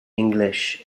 english